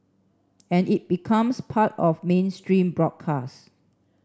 and it becomes part of mainstream broadcast